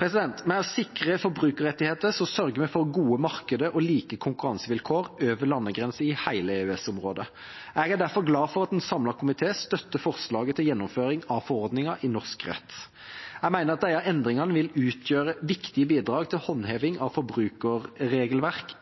Ved å sikre forbrukerrettigheter sørger vi for gode markeder og like konkurransevilkår over landegrenser i hele EØS-området. Jeg er derfor glad for at en samlet komité støtter forslaget til gjennomføring av forordningen i norsk rett. Jeg mener at disse endringene vil utgjøre viktige bidrag til håndheving av forbrukerregelverk